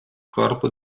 corpo